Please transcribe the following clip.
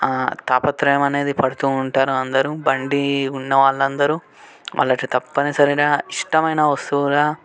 ఆ తాపత్రయం అనేది పడుతూ ఉంటారు అందరూ బండి ఉన్న వాళ్ళందరూ వాళ్ళకు తప్పనిసరిగా ఇష్టమైన వస్తువుగా